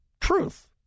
truth